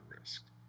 risk